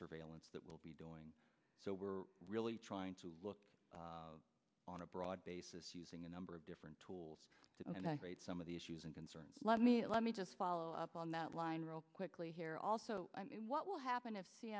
surveillance that we'll be doing so we're really trying to look on a broad basis using a number of different tools some of the issues and concerns let me let me just follow up on that line real quickly here also what will happen if